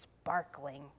sparkling